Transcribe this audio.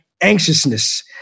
anxiousness